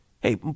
hey